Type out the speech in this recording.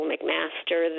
McMaster